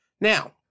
Now